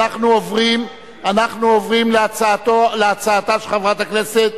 שוועדת הכספים